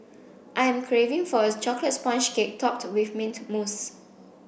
I am craving for a chocolate sponge cake topped with mint mousse